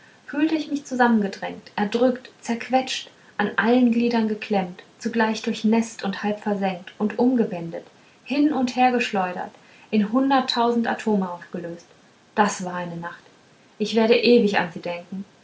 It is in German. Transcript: fühlte ich mich zusammengedrängt erdrückt zerquetscht an allen gliedern geklemmt zugleich durchnäßt und halb versenkt und umgewendet hin und her geschleudert in hunderttausend atome aufgelöst das war eine nacht ich werde ewig an sie denken